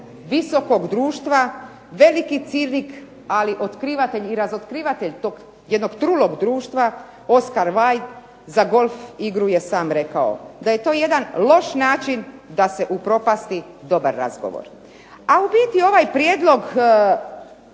visokog društva veliki cinik, ali otkrivatelj i razotkrivatelj tog jednog trulog društva Oscar Wilde za golf igru je sam rekao da je to jedan loš način da se upropasti dobar razgovor. A u biti ovaj prijedlog